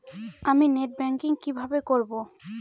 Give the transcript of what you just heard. আমি net banking কিভাবে করব?